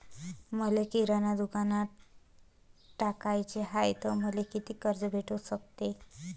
मले किराणा दुकानात टाकाचे हाय तर मले कितीक कर्ज भेटू सकते?